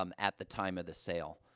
um at the time of the sale.